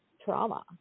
trauma